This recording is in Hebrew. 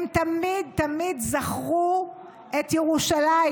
הם תמיד תמיד זכרו את ירושלים.